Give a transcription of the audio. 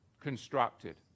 constructed